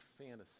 fantasy